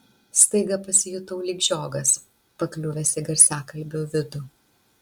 staiga pasijutau lyg žiogas pakliuvęs į garsiakalbio vidų